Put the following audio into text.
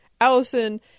Allison